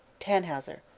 tannhauser.